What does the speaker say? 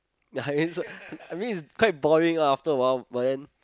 ya I think so I mean it's quite boring ah after awhile but then